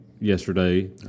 yesterday